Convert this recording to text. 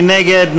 מי נגד?